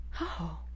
Oh